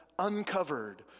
Uncovered